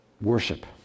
worship